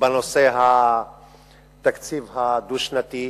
בנושא התקציב הדו-שנתי.